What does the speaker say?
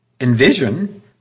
envision